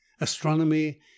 astronomy